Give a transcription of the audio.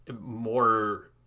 more